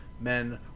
men